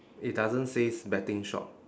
it doesn't says betting shop